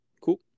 cool